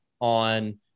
on